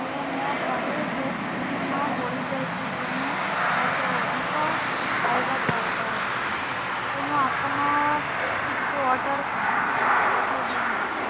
ହେଲେ ମୋ ଘରେ ଗେଷ୍ଟ ପରିମାଣ ବଢ଼ିଯାଇଛି ତେଣୁ ମୋତେ ଅଧିକ ଖାଇବା ଦରକାର ଅଛି ତେଣୁ ଆପଣ କିଛି ଅର୍ଡ଼ର୍ ପଠାଇ ଦିଅନ୍ତୁ